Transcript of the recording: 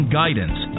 guidance